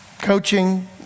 coaching